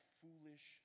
foolish